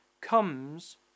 comes